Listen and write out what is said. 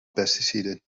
pesticiden